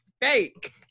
Fake